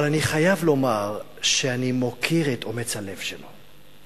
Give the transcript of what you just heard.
אבל אני חייב לומר שאני מוקיר את אומץ הלב שלו.